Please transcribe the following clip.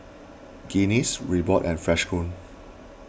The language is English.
Guinness Reebok and Freshkon